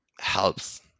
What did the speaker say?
helps